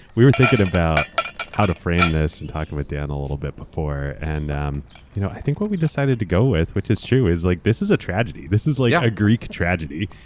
we were thinking about how to frame this and talk and with dan a little bit before. and um you know i think what we decided to go with, which is true, is like this is a tragedy. this is like yeah a greek tragedy.